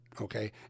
Okay